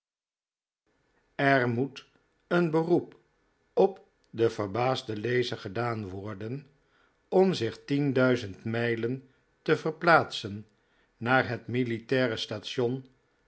r moet een beroep op den verbaasden lezer gedaan worden om zich tien duizend k w m en te verplaatsen naar het militaire station